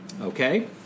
Okay